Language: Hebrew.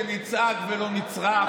שנצעק ולא נצרח.